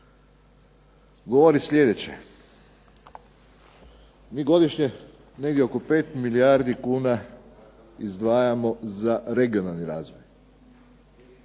govori sljedeće. Mi godišnje negdje oko 5 milijardi kuna izdvajamo za regionalni razvoj,